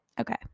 Okay